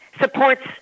supports